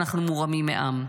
אנחנו מורמים מעם.